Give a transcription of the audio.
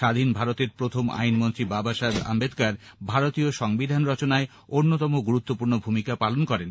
স্বাধীন ভারতের প্রথম আইনমন্ত্রী বাবাসাহেব আম্বেদককর ভারতীয় সংবধান রচনায় অন্যতম গুরুত্বপূর্ণ ভূমিকা পালন করেন